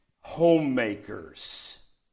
homemakers